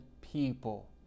people